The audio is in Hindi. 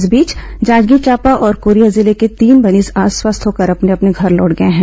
इस बीच जांजगीर चांपा और कोरिया जिले के तीन मरीज आज स्वस्थ होकर अपने अपने घर लौटे हैं